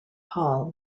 paul